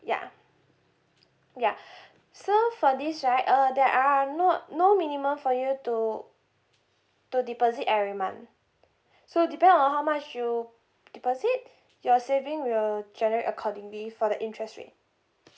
ya ya so for this right uh there are no no minimum for you to to deposit every month so depend on how much you deposit your saving will generate accordingly for the interest rate